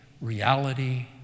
reality